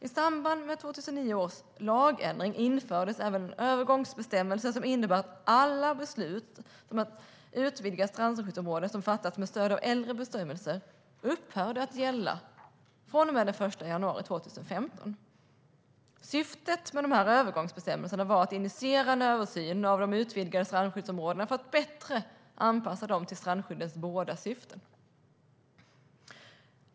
I samband med 2009 års lagändring infördes även en övergångsbestämmelse som innebär att alla beslut om att utvidga ett strandskyddsområde som fattats med stöd av äldre bestämmelser upphörde att gälla från och med den 1 januari 2015. Syftet med övergångsbestämmelserna var att initiera en översyn av de utvidgade strandskyddsområdena för att bättre anpassa dem till strandskyddets båda syften.